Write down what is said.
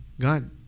God